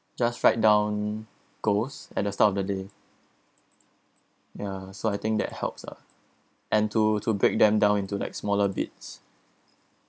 just write down goals at the start of the day ya so I think that helps lah and to to break them down into like smaller bits